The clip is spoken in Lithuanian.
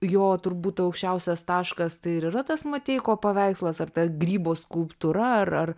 jo turbūt aukščiausias taškas tai ir yra tas mateiko paveikslas ar ta grybo skulptūra ar ar